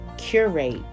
curate